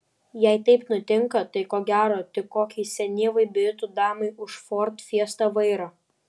jei taip nutinka tai ko gero tik kokiai senyvai britų damai už ford fiesta vairo